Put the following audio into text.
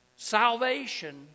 Salvation